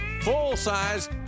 full-size